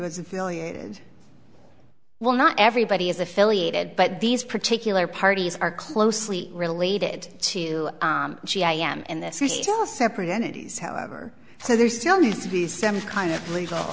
was affiliated well not everybody is affiliated but these particular parties are closely related to she i am in this we still separate entities however so there still needs to be some kind of legal